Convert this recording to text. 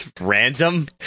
random